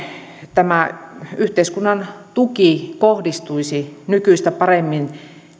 tämä yhteiskunnan tuki kohdistuisi nykyistä paremmin